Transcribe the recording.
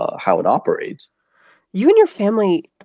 how it operates you and your family,